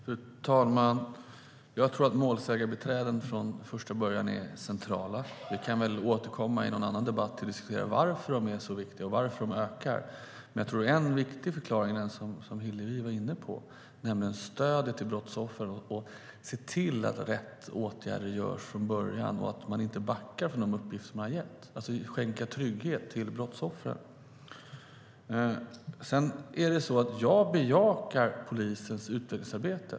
Fru talman! Jag tror att målsägandebiträde från första början är centralt. Vi kan väl återkomma i någon annan debatt och diskutera varför de är så viktiga och varför de ökar, men jag tror att en viktig förklaring är det Hillevi var inne på. Det handlar om stödet till brottsoffer, att se till att rätt åtgärder vidtas från början och att man inte backar från de uppgifter man har gett - det vill säga att skänka trygghet till brottsoffren. Jag bejakar polisens utvecklingsarbete.